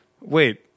wait